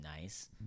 nice